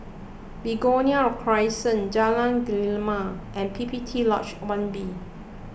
Begonia Crescent Jalan Gemala and P P T Lodge one B